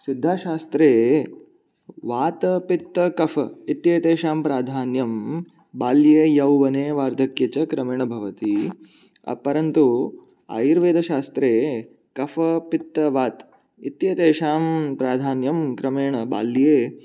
सिद्धाशास्त्रे वातपित्तकफाः इत्येतेषां प्राधान्यं बाल्ये यौवने वार्धक्ये च क्रमेण भवति परन्तु आयुर्वेदशास्त्रे कफपित्तवाताः इत्येतेषां प्राधान्यं क्रमेण बाल्ये